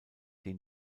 den